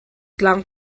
tlang